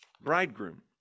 bridegroom